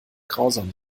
grausam